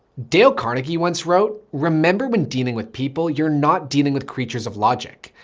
dale carnegie once wrote remember when dealing with people, you're not dealing with creatures of logic,